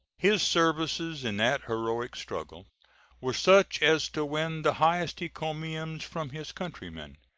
his services in that heroic struggle were such as to win the highest encomiums from his countrymen,